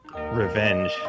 Revenge